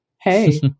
hey